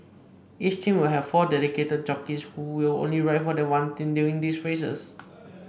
each team will have four dedicated jockeys who will only ride for that one team during these races